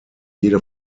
jede